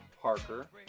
Parker